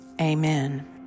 Amen